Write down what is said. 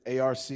ARC